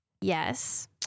Yes